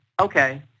okay